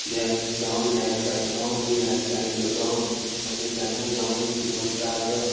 इएह से गाँव भी रहैके चाही गाँव भी रहैके चाही लोग गाँव जैसे हमहुँ गाँवेसे छियै बहुत तरहके